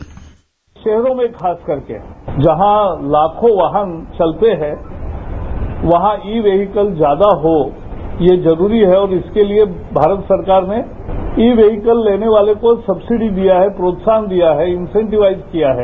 bite शहरों में खास करके जहां लाखों वाहन चलते है वहां ई व्हीकल ज्यादा हो ये जरूरी है और इसके लिए भारत सरकार ने ई व्हीकल लेने वाले को सब्सिडी दिया है प्रोत्साहन दिया है इंसेंटीवाइस किया है